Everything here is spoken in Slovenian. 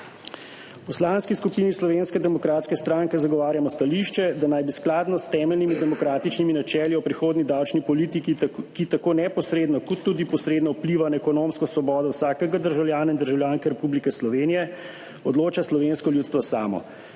V Poslanski skupini Slovenske demokratske stranke zagovarjamo stališče, da naj bi skladno s temeljnimi demokratičnimi načeli o prihodnji davčni politiki, ki tako neposredno kot tudi posredno vpliva na ekonomsko svobodo vsakega državljana in državljanke Republike Slovenije, odloča slovensko ljudstvo sámo.